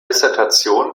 dissertation